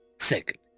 Second